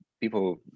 people